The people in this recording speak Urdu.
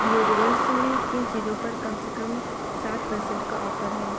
ڈیوڈرنٹس میں کن چیزوں پر کم سے کم ساٹھ پرسنٹ کا آفر ہے